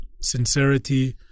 sincerity